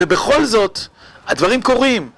ובכל זאת, הדברים קורים.